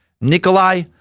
Nikolai